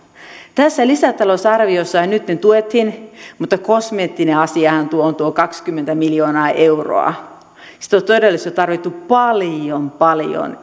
tässä lisätalousarviossa nytten tuettiin mutta kosmeettinen asiahan tuo on tuo kaksikymmentä miljoonaa euroa sitä olisi todellisuudessa tarvittu paljon paljon